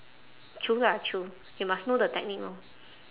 true lah true you must know the technique lor